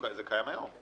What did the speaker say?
זה קיים היום.